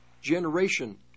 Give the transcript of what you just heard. generation